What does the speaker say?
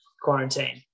quarantine